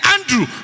Andrew